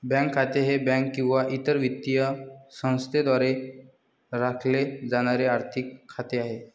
bank खाते हे bank किंवा इतर वित्तीय संस्थेद्वारे राखले जाणारे आर्थिक खाते आहे